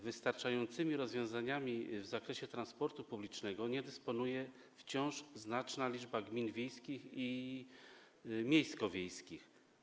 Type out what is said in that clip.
Wystarczającymi rozwiązaniami w zakresie transportu publicznego nie dysponuje wciąż znaczna liczba gmin wiejskich i miejsko-wiejskich.